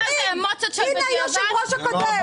תשאל את היושב ראש הקודם.